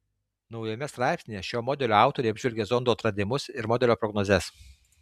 naujame straipsnyje šio modelio autoriai apžvelgia zondo atradimus ir modelio prognozes